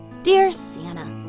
dear santa,